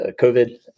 COVID